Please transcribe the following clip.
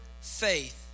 faith